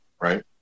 right